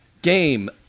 game